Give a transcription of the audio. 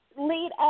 Lead